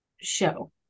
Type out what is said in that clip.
show